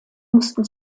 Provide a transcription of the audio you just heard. mussten